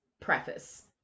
preface